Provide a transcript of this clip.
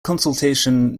consultation